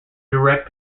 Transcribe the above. direct